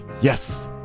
yes